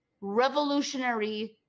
revolutionary